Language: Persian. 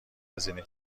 هزینه